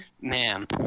ma'am